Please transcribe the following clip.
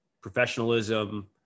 professionalism